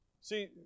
See